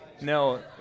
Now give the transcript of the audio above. No